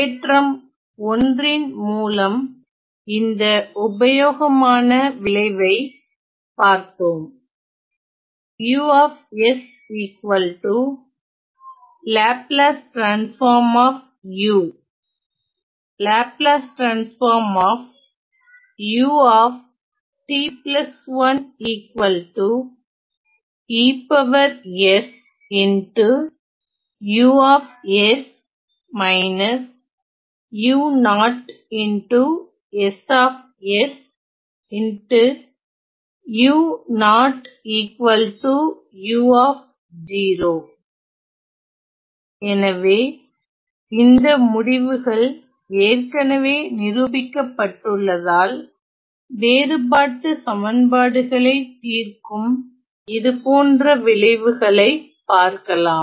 தேற்றம் 1 ன் மூலம் இந்த உபயோகமான விளைவை பார்த்தோம் எனவேஇந்த முடிவுகள் ஏற்கனவே நிரூபிக்கப்பட்டுள்ளதால் வேறுபாட்டு சமன்பாடுகளை தீர்க்கும் இது போன்ற விளைவுகளை பார்க்கலாம்